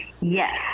Yes